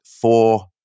four